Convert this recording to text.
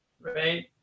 right